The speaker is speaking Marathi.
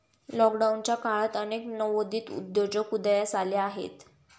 लॉकडाऊनच्या काळात अनेक नवोदित उद्योजक उदयास आले आहेत